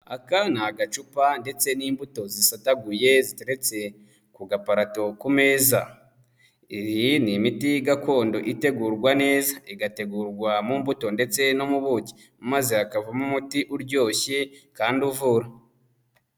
Aka ni agacupa ndetse n'imbuto zisotaguye ziteretse ku gaparato ku meza. Iyi ni imiti gakondo itegurwa neza, igategurwa mu mbuto ndetse no mu buki, maze hakavamo umuti uryoshye kandi uvura.